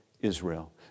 Israel